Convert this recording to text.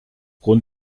grund